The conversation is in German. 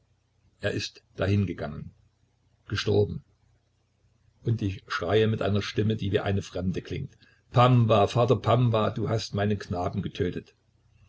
er ist dahingegangen gestorben und ich schreie mit einer stimme die wie eine fremde klingt pamwa vater pamwa du hast meinen knaben getötet